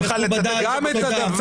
כאשר אתה יושב בקואליציה עם תומכי טרור,